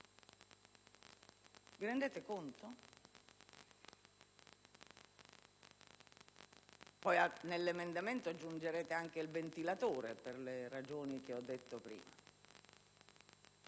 Vi rendete conto? Magari nell'emendamento aggiungerete anche il ventilatore, per le ragioni che ho detto prima.